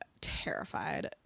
terrified